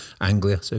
Anglia